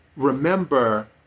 Remember